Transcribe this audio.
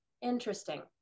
interesting